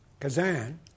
Kazan